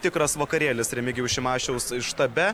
tikras vakarėlis remigijaus šimašiaus štabe